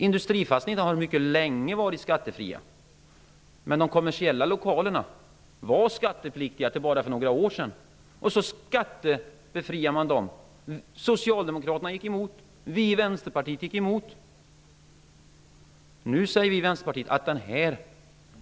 Industrifastigheterna har mycket länge varit skattefria. De kommersiella lokalerna var skattepliktiga till för bara några år sedan. Då befriade man dem från skatt. Socialdemokraterna gick emot. Vi i vänsterpartiet gick emot. Nu säger vi i Vänsterpartiet att detta